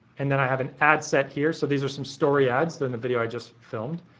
and then i have an ad set here. so these are some story ads during the video i just filmed.